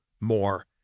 more